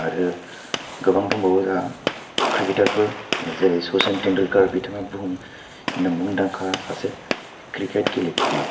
आरो गोबां दंबावो जोंहा क्रिकेटारफोर जेरै सचिन टेन्डुलकर बिथाङा भुहुमनि मुंदांखा सासे क्रिकेट गेलेगिरि